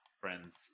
friends